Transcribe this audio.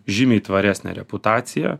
žymiai tvaresnė reputacija